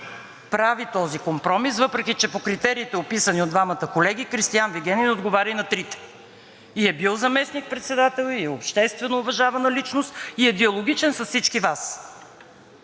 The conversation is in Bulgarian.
прави този компромис, въпреки че по критериите, описани от двамата колеги, Кристиан Вигенин отговаря и на трите – и е бил заместник-председател, и е обществено уважавана личност, и е диалогичен с всички Вас.